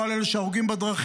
לא על אלה שהורגים בדרכים.